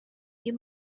you